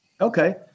Okay